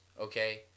okay